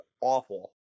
awful